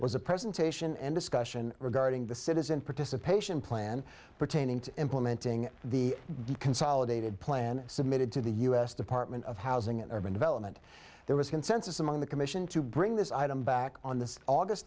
was a presentation and discussion regarding the citizen participation plan pertaining to implementing the consolidated plan submitted to the u s department of housing and urban development there was a consensus among the commission to bring this item back on the aug